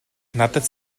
надад